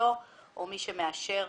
בחתימתו או מי שמאשר